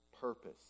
Purpose